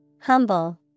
Humble